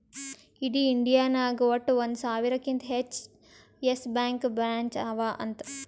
ಇಡೀ ಇಂಡಿಯಾ ನಾಗ್ ವಟ್ಟ ಒಂದ್ ಸಾವಿರಕಿಂತಾ ಹೆಚ್ಚ ಯೆಸ್ ಬ್ಯಾಂಕ್ದು ಬ್ರ್ಯಾಂಚ್ ಅವಾ ಅಂತ್